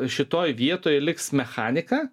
šitoj vietoj liks mechanika